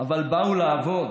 אבל באו לעבוד.